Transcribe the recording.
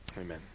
Amen